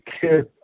kid